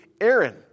Aaron